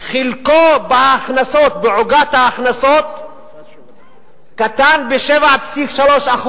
חלקו בעוגת ההכנסות קטן ב-7.3%.